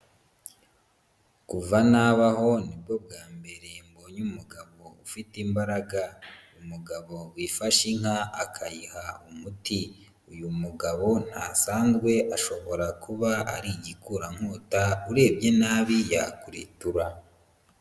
Kuva nabaho nibwo bwa mbere mbonye umugabo ufite imbaraga, umugabo wifashe inka akayiha umuti, uyu mugabo ntasanzwe ashobora kuba ari igikurankota urebye nabi yakuritura.